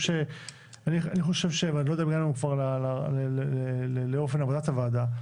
אני לא יודע אם הגענו כבר לאופן עבודת הוועדה.